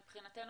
מבחינתנו,